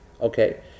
Okay